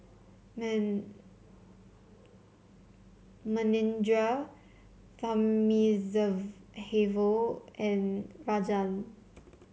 Man Manindra Thamizhavel and Rajan